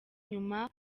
nyuma